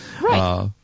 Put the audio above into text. Right